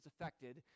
affected